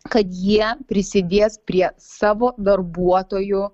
kad jie prisidės prie savo darbuotojų